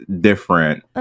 different